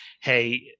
Hey